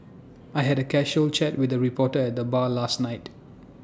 I had A casual chat with the reporter at the bar last night